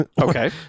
okay